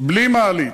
בלי מעלית,